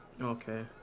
Okay